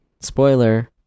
spoiler